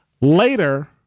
Later